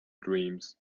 dreams